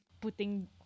putting